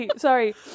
Sorry